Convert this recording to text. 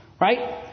right